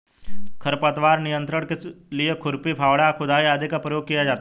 खरपतवार नियंत्रण के लिए खुरपी, फावड़ा, खुदाई आदि का प्रयोग किया जाता है